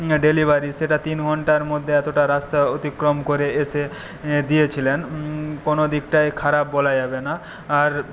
delivery সেটা তিন ঘন্টার মধ্যে এতটা রাস্তা অতিক্রম করে এসে দিয়েছিলেন কোনোদিকটাই খারাপ বলা যাবে না আর